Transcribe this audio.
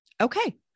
Okay